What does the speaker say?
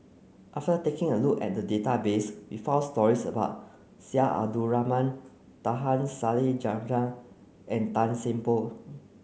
after taking a look at the database we found stories about Syed Abdulrahman Taha Salleh Japar and Tan Seng Poh